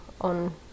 on